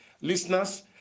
Listeners